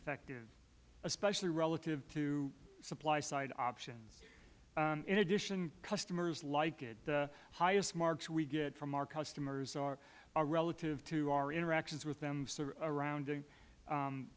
effective especially relative to supply side options in addition customers like it the highest marks we get from our customers are relative to our interactions with them around